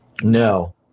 No